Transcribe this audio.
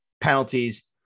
penalties